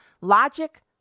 logic